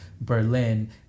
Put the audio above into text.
Berlin